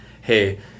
Hey